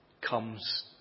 comes